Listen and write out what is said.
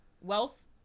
wealth